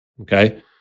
okay